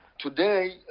today